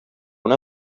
una